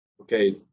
okay